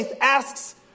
asks